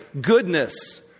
goodness